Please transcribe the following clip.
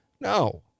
No